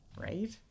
Right